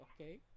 Okay